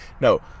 no